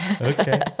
Okay